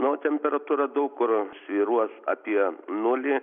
na o temperatūra daug kur svyruos apie nulį